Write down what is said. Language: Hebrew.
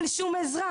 אבל אין שום עזרה.